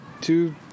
two